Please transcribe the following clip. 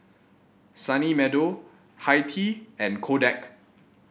Sunny Meadow Hi Tea and Kodak